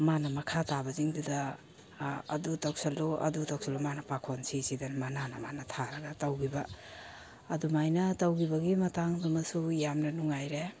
ꯃꯥꯅ ꯃꯈꯥ ꯇꯥꯕꯁꯤꯡꯗꯨꯗ ꯑꯗꯨ ꯇꯧꯁꯤꯜꯂꯨ ꯑꯗꯨ ꯇꯧꯁꯤꯜꯂꯨ ꯃꯥꯅ ꯄꯥꯈꯣꯟ ꯁꯤ ꯁꯤꯗꯅ ꯃꯥꯅꯅ ꯃꯅꯥ ꯊꯥꯔꯒ ꯇꯧꯒꯤꯕ ꯑꯗꯨꯃꯥꯏꯅ ꯇꯧꯒꯤꯕꯒꯤ ꯃꯇꯥꯡꯗꯨꯃꯁꯨ ꯌꯥꯝꯅ ꯅꯨꯡꯉꯥꯏꯔꯦ